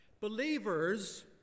Believers